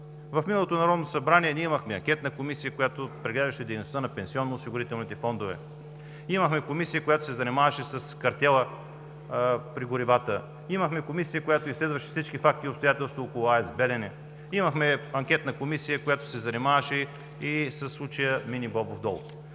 В миналото Народно събрание ние имахме анкетна комисия, която преглеждаше дейността на пенсионно-осигурителните фондове; комисия, която се занимаваше с картела при горивата; комисия, която изследваше всички факти и обстоятелства около АЕЦ „Белене“; анкетна комисия, която се занимаваше и със случая „Мини Бобовдол“.